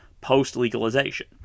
post-legalization